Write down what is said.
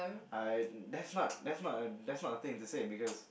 I that's what I want to say because